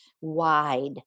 wide